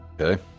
Okay